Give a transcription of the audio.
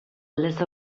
aldez